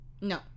no